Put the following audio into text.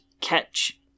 catch